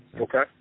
Okay